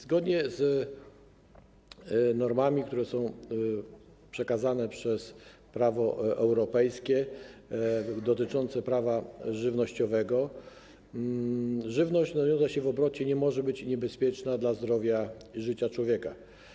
Zgodnie z normami, które są przekazane przez prawo europejskie dotyczące prawa żywnościowego, żywność znajdująca się w obrocie nie może być niebezpieczna dla zdrowia i życia człowieka.